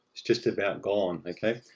it's just about gone, okay?